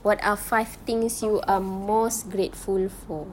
what are five things you are most grateful for